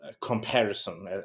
comparison